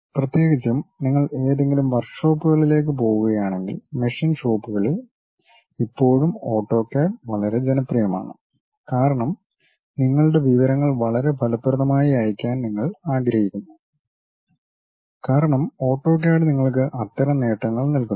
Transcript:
പ്രത്യേകിച്ചും നിങ്ങൾ ഏതെങ്കിലും വർക്ക്ഷോപ്പുകളിലേക്ക് പോകുകയാണെങ്കിൽ മെഷീൻ ഷോപ്പുകളിൽ ഇപ്പോഴും ഓട്ടോക്യാഡ് വളരെ ജനപ്രിയമാണ് കാരണം നിങ്ങളുടെ വിവരങ്ങൾ വളരെ ഫലപ്രദമായി അയയ്ക്കാൻ നിങ്ങൾ ആഗ്രഹിക്കുന്നു കാരണം ഓട്ടോക്യാഡ് നിങ്ങൾക്ക് അത്തരം നേട്ടങ്ങൾ നൽകുന്നു